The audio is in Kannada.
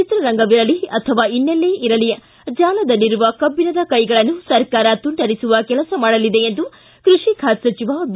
ಚಿತ್ರರಂಗವಿರಲೀ ಅಥವಾ ಇನ್ನೆಲ್ಲೇ ಇರಲೀ ಜಾಲದಲ್ಲಿರುವ ಕಬ್ಬಿಣದ ಕೈಗಳನ್ನು ಸರ್ಕಾರ ತುಂಡರಿಸುವ ಕೆಲಸ ಮಾಡಲಿದೆ ಎಂದು ಕೃಷಿ ಖಾತೆ ಸಚಿವ ಬಿ